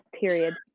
Period